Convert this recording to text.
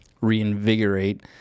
reinvigorate